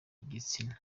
igitsina